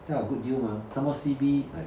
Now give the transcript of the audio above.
ya good deal mah some more C_B like